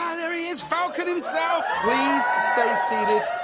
falcon himself! please stay seated